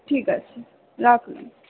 ঠিক আছে রাখলাম